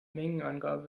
mengenangabe